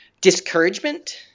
discouragement